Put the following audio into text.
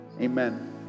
Amen